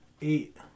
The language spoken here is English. eight